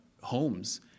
homes